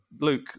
Luke